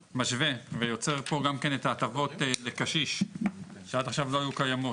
משווה ויוצר פה גם כן את ההטבות לקשיש שעד עכשיו לא היו קיימות.